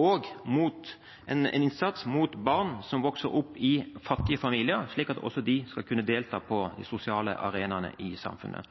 og vi styrker innsatsen for barn som vokser opp i fattige familier, slik at også de skal kunne delta på de sosiale arenaene i samfunnet.